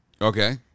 Okay